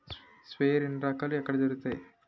Sprayer ఎన్ని రకాలు? ఎక్కడ దొరుకుతాయి?